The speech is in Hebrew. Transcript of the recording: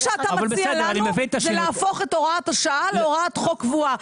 מה שאתה מציע לנו זה להפוך את הוראת השעה להוראת חוק קבועה.